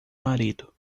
marido